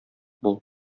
бул